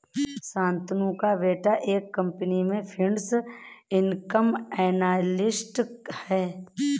शांतनु का बेटा एक कंपनी में फिक्स्ड इनकम एनालिस्ट है